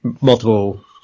multiple